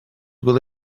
will